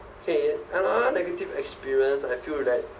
kay uh negative experience I feel that